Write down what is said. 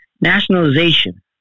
Nationalization